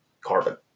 carbon